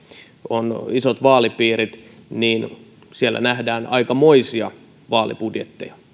on isot vaalipiirit nähdään aikamoisia vaalibudjetteja